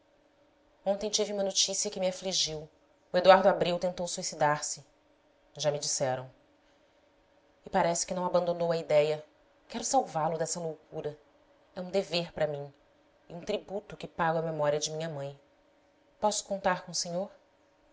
ontem tive uma notícia que me afligiu o eduardo abreu tentou suicidar-se já me disseram e parece que não abandonou a idéia quero salvá-lo dessa loucura é um dever para mim e um tributo que pago à memória de minha mãe posso contar com o senhor